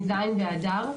מ-ז' באדר,